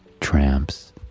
tramps